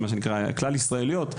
מה שנקרא כלל ישראליות,